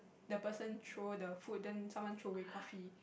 the person throw the food then someone throw away coffee